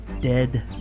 dead